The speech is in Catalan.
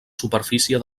superfície